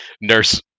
nurse